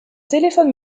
téléphone